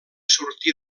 sortir